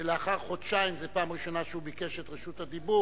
שלאחר חודשיים זאת פעם ראשונה שהוא ביקש את רשות הדיבור,